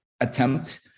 attempt